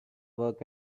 work